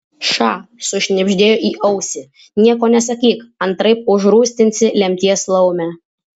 ša sušnibždėjo į ausį nieko nesakyk antraip užrūstinsi lemties laumę